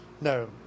No